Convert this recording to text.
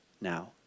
now